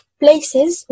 places